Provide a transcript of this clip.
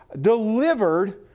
delivered